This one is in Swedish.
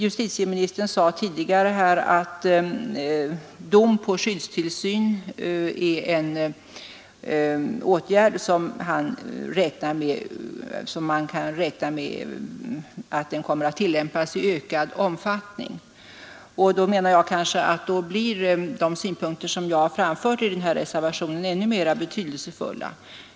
Justitieministern sade tidigare här, att dom till skyddstillsyn är en åtgärd som kommer att tillämpas i ökad omfattning. Då blir de synpunkter som jag har framfört i den här reservationen ännu mera betydelsefulla.